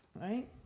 Right